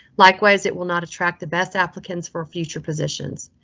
likewise it will not attract the best applicants for future positions.